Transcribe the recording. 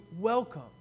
welcome